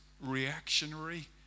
reactionary